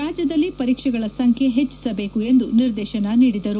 ರಾಜ್ಯದಲ್ಲಿ ಪರೀಕ್ಷೆಗಳ ಸಂಖ್ಯೆ ಹೆಚ್ಚಿಸಬೇಕು ಎಂದು ನಿರ್ದೇಶನ ನೀಡಿದರು